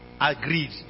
agreed